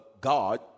God